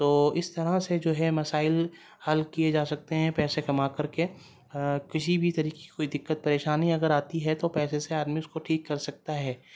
تو اس طرح سے جو ہے مسائل حل کئے جا سکتے ہیں پیسے کما کر کے کسی بھی طریقے کی کوئی دقت پریشانی اگر آتی ہے تو پیسے سے آدمی اس کو ٹھیک کر سکتا ہے